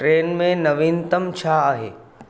train में नवीनतम छा आहे